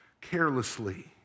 carelessly